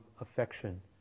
affection